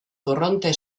korronte